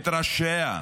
את ראשיה,